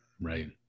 Right